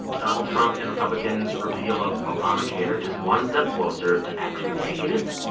donald trump and republicans' repeal of obamacare is one step closer to actually making it.